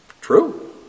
True